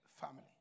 family